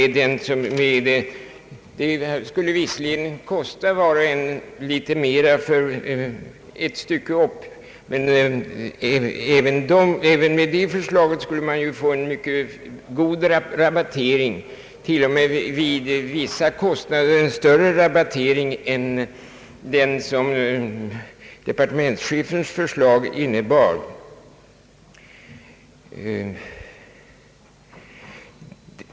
Det skulle visserligen kosta litet mer ett stycke upp, men även vid ett genomförande av förslaget skulle man få en mycket god rabattering, vid vissa kostnader t.o.m. en större rabattering än vad departementschefens förslag innebar.